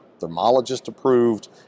thermologist-approved